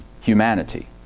humanity